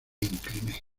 incliné